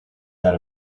that